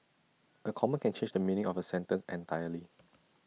A comma can change the meaning of A sentence entirely